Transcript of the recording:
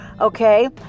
Okay